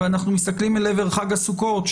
ואנחנו מסתכלים אל עבר חג הסוכות,